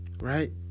Right